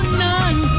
none